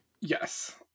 yes